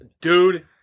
dude